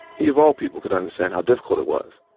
he of all people could understand how difficult it was.